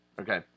Okay